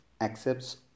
accepts